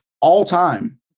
all-time